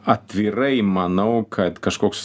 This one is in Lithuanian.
atvirai manau kad kažkoks